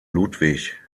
ludwig